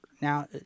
Now